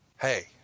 hey